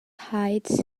heights